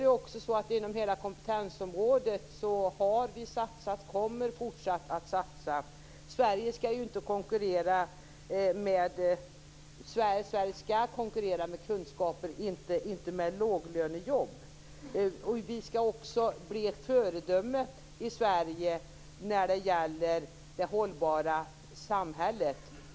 På hela kompetensområdet har vi satsat och kommer fortsatt att satsa. Sverige skall ju konkurrera med kunskaper och inte med låglönejobb. Vi skall också bli ett föredöme när det gäller det hållbara samhället.